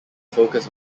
focus